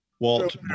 Walt